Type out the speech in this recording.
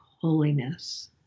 holiness